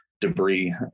debris